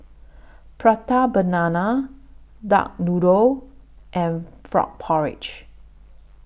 Prata Banana Duck Noodle and Frog Porridge